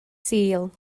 sul